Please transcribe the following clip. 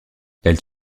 elle